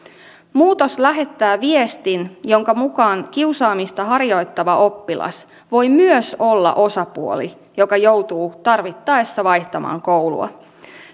muutos lähettää viestin jonka mukaan kiusaamista harjoittava oppilas voi myös olla osapuoli joka joutuu tarvittaessa vaihtamaan koulua